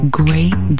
great